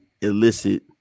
illicit